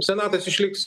senatas išliks